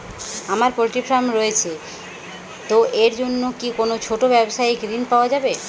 আমার poultry farm রয়েছে তো এর জন্য কি কোনো ছোটো ব্যাবসায়িক ঋণ পাওয়া যাবে?